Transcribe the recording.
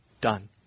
done